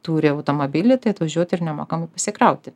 turi automobilį tai atvažiuot ir nemokamai pasikrauti